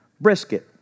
brisket